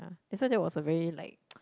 ya that's why that was a very like